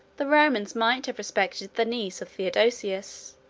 the romans might have respected the niece of theodosius,